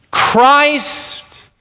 Christ